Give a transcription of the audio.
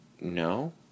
no